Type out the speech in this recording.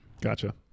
Gotcha